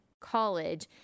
College